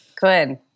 Good